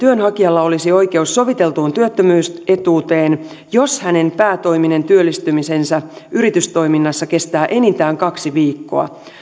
työnhakijalla olisi oikeus soviteltuun työttömyysetuuteen jos hänen päätoiminen työllistymisensä yritystoiminnassa kestää enintään kaksi viikkoa